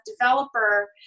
developer